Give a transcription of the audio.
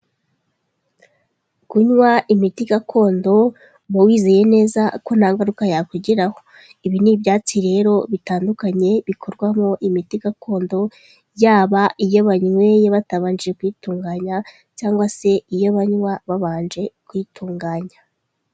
Kunywa imiti gakondo uba wizeye neza ko nta ngaruka yakugiraho, ibi n'ibyatsi rero bitandukanye bikorwamo imiti gakondo yaba iyo banyweye batabanje kuyitunganya cyangwa se iyo banywa babanje kuyitunganya.